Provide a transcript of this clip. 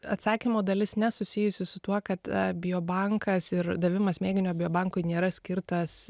atsakymo dalis nesusijusi su tuo kad biobankas ir davimas mėginio biobankui nėra skirtas